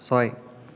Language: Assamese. ছয়